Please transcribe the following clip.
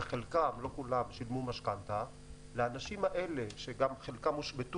וחלקם, כמו שאנחנו רואים